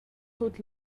tut